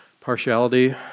partiality